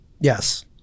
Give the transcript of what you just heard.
Yes